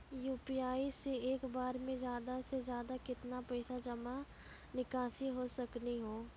UPI से एक बार मे ज्यादा से ज्यादा केतना पैसा जमा निकासी हो सकनी हो?